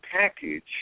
package